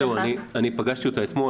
אני פגשתי אותה אתמול,